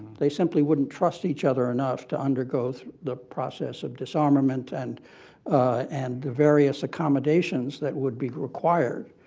they simply wouldnt trust each other enough to undergo the the process of disarmament and and the various accommodations that would be required.